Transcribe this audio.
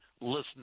listening